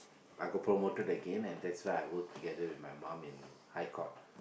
I got promoted again and that's where I work together with my mum in High Court